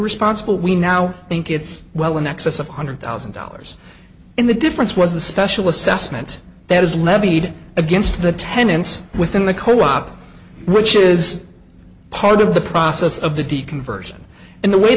responsible we now think it's well in excess of one hundred thousand dollars in the difference was the special assessment that was levied against the tenants within the co op which is part of the process of the d conversion and the way